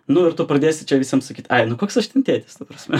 nu ir tu pradėsi čia visiem sakyt ai nu koks aš ten tėtis ta prasme